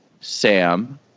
Sam